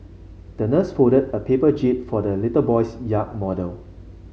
the nurse folded a paper jib for the little boy's yacht model